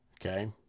Okay